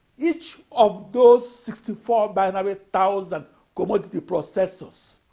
each of those sixty four binary thousand commodity processors